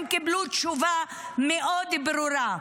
הם קיבלו תשובה מאוד ברורה.